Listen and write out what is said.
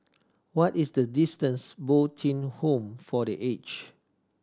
what is the distance Bo Tien Home for The Aged